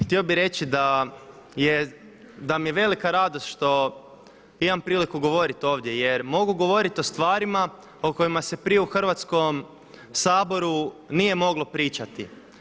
Htio bih reći da mi je velika radost što imam priliku govoriti ovdje, jer mogu govorit o stvarima o kojima se prije u Hrvatskom saboru nije moglo pričati.